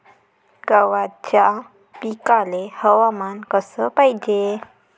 गव्हाच्या पिकाले हवामान कस पायजे?